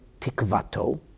Tikvato